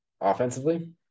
Offensively